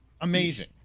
amazing